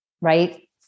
Right